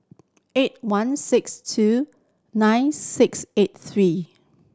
eight one six two nine six eight three